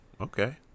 okay